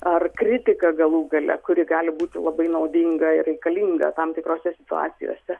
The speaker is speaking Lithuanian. ar kritiką galų gale kuri gali būti labai naudinga ir reikalinga tam tikrose situacijose